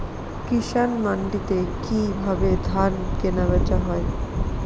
কৃষান মান্ডিতে কি ভাবে ধান কেনাবেচা হয়?